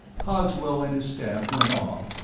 cogswell and his staff went off,